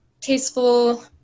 tasteful